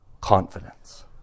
Confidence